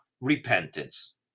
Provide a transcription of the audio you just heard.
repentance